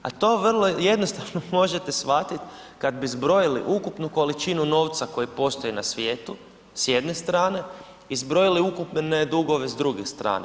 A to vrlo jednostavno možete shvatiti kad bi zbrojili ukupnu količinu novca koji postoji na svijetu s jedne strane i zbrojili ukupne dugove s druge strane.